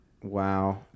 Wow